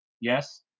Yes